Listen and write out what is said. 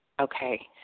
Okay